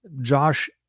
Josh